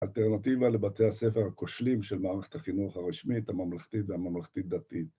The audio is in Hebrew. ‫אלטרנטיבה לבצע ספר כושלים ‫של מערכת החינוך הרשמית, ‫הממלכתית והממלכתית-דתית.